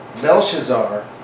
Belshazzar